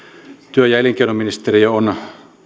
työ ja elinkeinoministeriö on